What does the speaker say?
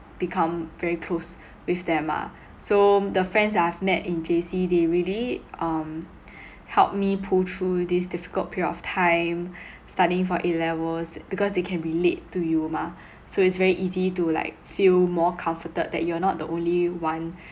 become very close with them ah so the friends that I've met in J_C they really um help me pull through this difficult period of time studying for A levels because they can relate to you mah so it's very easy to like feel more comforted that you're not the only one